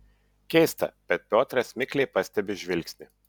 keista bet piotras mikliai pastebi žvilgsnį